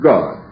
God